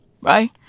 Right